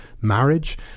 marriage